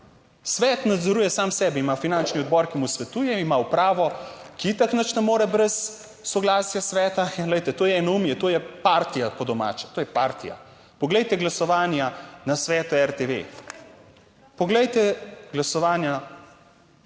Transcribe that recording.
Svet nadzoruje sam sebe. Ima finančni odbor, ki mu svetuje, ima upravo, ki itak nič ne more brez soglasja sveta. In glejte, to je enoumje, to je partija po domače. To je partija. Poglejte glasovanja na svetu RTV. Poglejte glasovanja na sejah